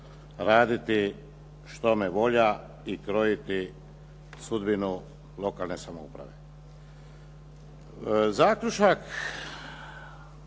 raditi što me volja i krojiti sudbinu lokalne samouprave. Zaključak